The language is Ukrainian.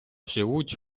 живуть